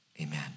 amen